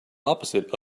opposite